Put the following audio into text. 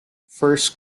first